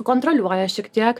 kontroliuoja šiek tiek